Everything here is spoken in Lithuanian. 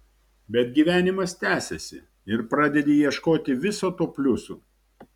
bet gyvenimas tęsiasi ir pradedi ieškoti viso to pliusų